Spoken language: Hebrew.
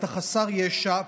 אתה חסר ישע,